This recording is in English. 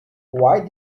why